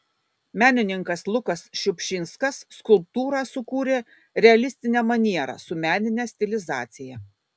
menininkas lukas šiupšinskas skulptūrą sukūrė realistine maniera su menine stilizacija